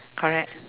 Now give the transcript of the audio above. correct